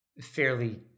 fairly